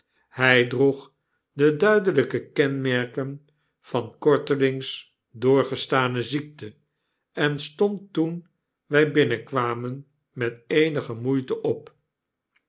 hy droeg de duidelyke kenmerken van kortelings doorgestane ziekte en stond toen wjj binnenkwamen met eenige moeite op